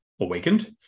awakened